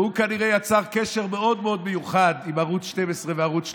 והוא כנראה יצר קשר מאוד מאוד מיוחד עם ערוץ 12 וערוץ 13,